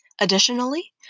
Additionally